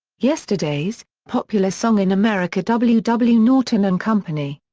yesterdays popular song in america. w. w. norton and company.